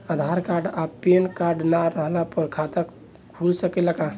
आधार card आ PAN card ना रहला पर खाता खुल सकेला का?